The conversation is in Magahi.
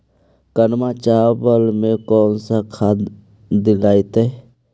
कनकवा चावल में कौन से खाद दिलाइतै?